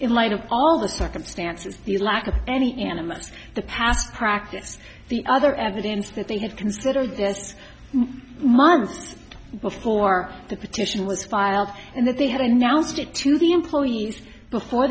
in light of all the circumstances the lack of any animals the past practice the other evidence that they have considered this months before the petition was filed and that they had announced it to the employees before